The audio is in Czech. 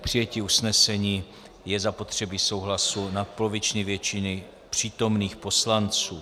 K přijetí usnesení je zapotřebí souhlasu nadpoloviční většiny přítomných poslanců.